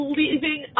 leaving